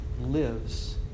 lives